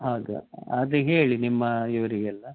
ಹೌದು ಅದು ಹೇಳಿ ನಿಮ್ಮ ಇವರಿಗೆಲ್ಲ